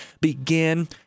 begin